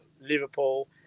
Liverpool